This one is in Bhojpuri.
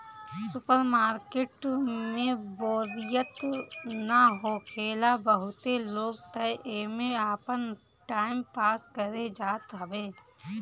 सुपर मार्किट में बोरियत ना होखेला बहुते लोग तअ एमे आपन टाइम पास करे जात हवे